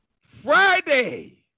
Friday